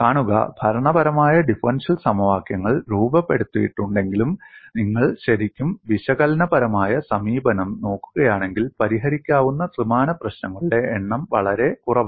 കാണുക ഭരണപരമായ ഡിഫറൻഷ്യൽ സമവാക്യങ്ങൾ രൂപപ്പെടുത്തിയിട്ടുണ്ടെങ്കിലും നിങ്ങൾ ശരിക്കും വിശകലനപരമായ സമീപനം നോക്കുകയാണെങ്കിൽ പരിഹരിക്കാവുന്ന ത്രിമാന പ്രശ്നങ്ങളുടെ എണ്ണം വളരെ കുറവാണ്